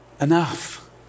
Enough